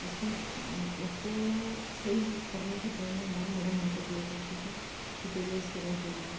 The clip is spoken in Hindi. उसकी उसको सही करने की प्रेरणा हमारी मैडम हमको दिया करती थीं कि पहले इसको रफ बनाओ